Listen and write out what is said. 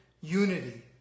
unity